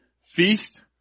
feast